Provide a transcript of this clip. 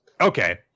okay